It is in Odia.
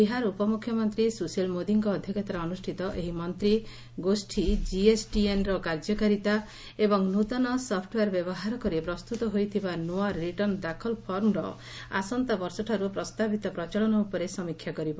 ବିହାର ଉପ ମୁଖ୍ୟମନ୍ତ୍ରୀ ସୁଶୀଲ ମୋଦିଙ୍କ ଅଧ୍ୟକ୍ଷତାରେ ଅନୁଷ୍ଠିତ ଏହି ମନ୍ତ୍ରୀ ଗୋଷ୍ଠୀ ଜିଏସଟିଏନର କାର୍ଯ୍ୟକାରିତା ଏବଂ ନୂତନ ସଫ୍ଟୱେୟାର ବ୍ୟବହାର କରି ପ୍ରସ୍ତୁତ ହୋଇଥିବା ନୂଆ ରିଟର୍ଣ୍ଣ ଦାଖଲ ଫର୍ମର ଆସନ୍ତାବର୍ଷଠାରୁ ପ୍ରସ୍ତାବିତ ପ୍ରଚଳନ ଉପରେ ସମୀକ୍ଷା କରିବ